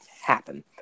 happen